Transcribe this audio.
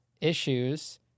issues